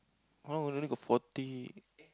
oh already got forty